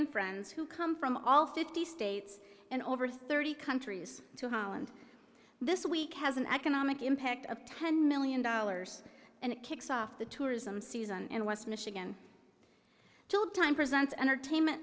and friends who come from all fifty states and over thirty countries to holland this week has an economic impact of ten million dollars and it kicks off the tourism season and west michigan took time present entertainment